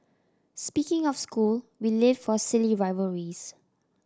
speaking of school we live for silly rivalries